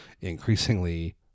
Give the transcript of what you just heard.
Increasingly